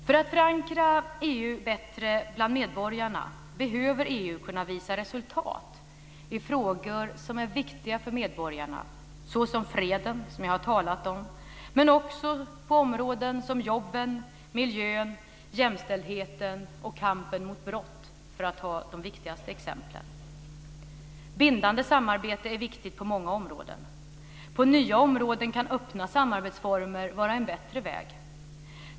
För att bättre förankra EU bland medborgarna behöver EU kunna visa resultat i frågor som är viktiga för medborgarna - t.ex. freden, som jag har talat om, men också på områden som jobben, miljön, jämställdheten och kampen mot brott, för att ta de viktigaste exemplen. Bindande samarbete är viktigt på många områden. På nya områden kan öppna samarbetsformer vara en bättre väg.